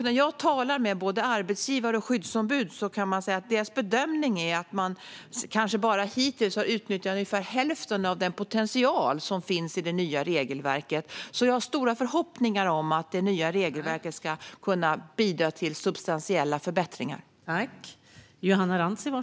När jag talar med både arbetsgivare och skyddsombud hör jag att deras bedömning är att man hittills har utnyttjat kanske bara hälften av den potential som finns i det nya regelverket. Jag har därför stora förhoppningar om att detta nya regelverk ska kunna bidra till substantiella förbättringar.